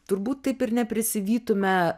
turbūt taip ir neprisivytume